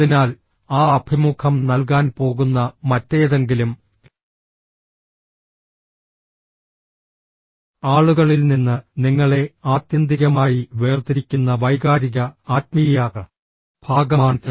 അതിനാൽ ആ അഭിമുഖം നൽകാൻ പോകുന്ന മറ്റേതെങ്കിലും ആളുകളിൽ നിന്ന് നിങ്ങളെ ആത്യന്തികമായി വേർതിരിക്കുന്ന വൈകാരിക ആത്മീയ ഭാഗമാണിത്